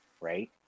right